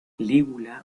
lígula